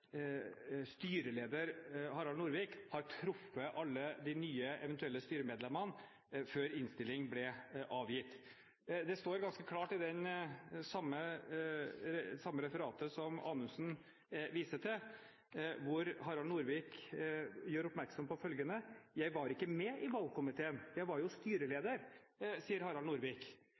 styreleder Harald Norvik har truffet alle de eventuelt nye styremedlemmene før innstilling ble avgitt. Det står ganske klart i det samme referatet Anundsen viste til, at Harald Norvik gjorde oppmerksom på følgende: «Jeg var ikke med i valgkomiteen, jeg var jo styreleder.» Det sa Harald Norvik.